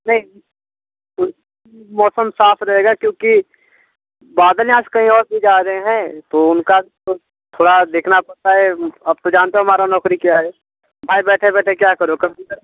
नहीं मौसम साफ़ रहेगा क्योंकि बादलें आज कहीं और से जा रहें हैं तो उनका तो थोड़ा देखना पड़ता है आप तो जानते हो हमारी नौकरी क्या है भाई बैठे बैठे क्या करूँ कभी कभी